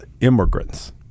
immigrants